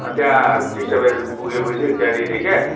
त्यहाँ टिस्टा ब्यारेजमा पुगेपछि त्यहाँनिर क्या